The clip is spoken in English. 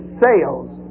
sales